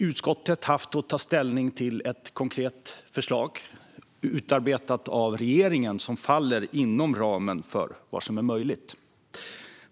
Utskottet har haft att ta ställning till ett konkret förslag, utarbetat av regeringen, som faller inom ramen för vad som är möjligt.